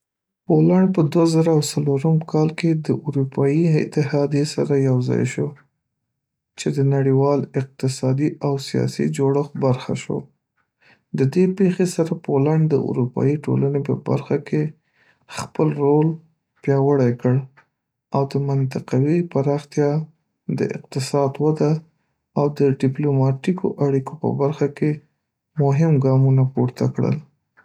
پولنډ په دوه زره او څلورم کال کې د اروپایي اتحادیې سره یوځای شو، چې د نړیوالې اقتصادي او سیاسي جوړښت برخه شو. د دې پیښې سره، پولنډ د اروپایي ټولنې په برخه کې خپل رول پیاوړی کړ او د منطقوي پراختیا، د اقتصاد وده، او د ډیپلوماتیکو اړیکو په برخه کې مهم ګامونه پورته کړل.